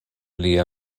lia